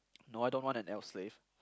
no I don't want an elf slave